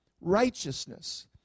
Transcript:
righteousness